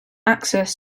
access